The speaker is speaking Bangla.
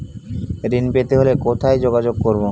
ঋণ পেতে হলে কোথায় যোগাযোগ করব?